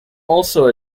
also